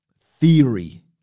theory